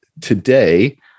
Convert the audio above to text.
today